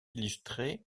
illustrées